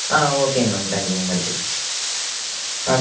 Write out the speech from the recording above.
ah okay ma'am thank you ma'am எடுத்துக்குறேன் ஆ